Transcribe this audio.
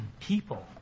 people